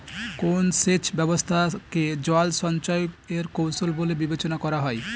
কোন সেচ ব্যবস্থা কে জল সঞ্চয় এর কৌশল বলে বিবেচনা করা হয়?